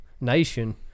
nation